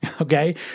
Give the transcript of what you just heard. okay